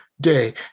day